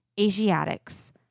Asiatics